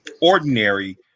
ordinary